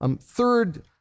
Third